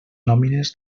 nòmines